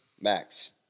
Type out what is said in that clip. Max